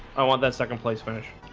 i want that second place finish.